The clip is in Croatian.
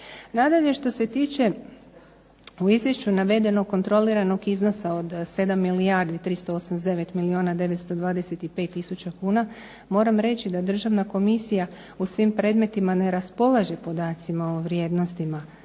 Nadalje što se tiče u Izvješću navedenog kontroliranog iznosa od 7 milijardi 389 milijuna 925 tisuća kuna moram reći da Državna komisija u svim predmetima ne raspolaže podacima o vrijednostima,